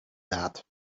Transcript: that